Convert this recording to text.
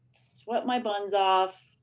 sweat my buns off,